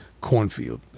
cornfield